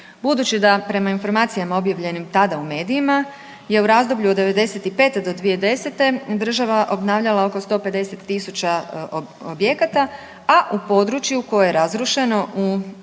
budući da prema informacijama objavljenim tada u medijima je u razdoblju od '95. do 2010. država obnavljala oko 150 000 objekata a u području koje je razrušeno u potresima